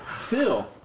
Phil